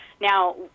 Now